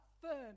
firm